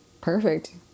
perfect